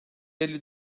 elli